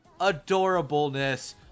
adorableness